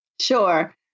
Sure